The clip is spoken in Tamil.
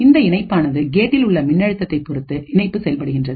இந்த இணைப்பானது கேட்டில் உள்ள மின்னழுத்தத்தை பொருத்து இணைப்பு செய்யப்படுகின்றது